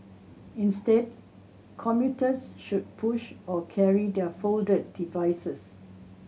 instead commuters should push or carry their folded devices